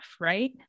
right